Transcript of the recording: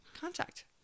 Contact